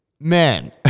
Man